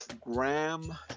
Graham